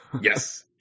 Yes